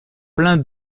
plein